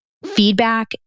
feedback